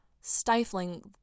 stifling